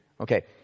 Okay